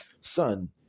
son